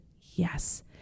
Yes